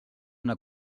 una